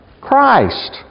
Christ